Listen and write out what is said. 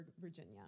virginia